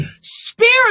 spirit